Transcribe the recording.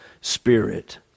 spirit